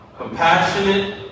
compassionate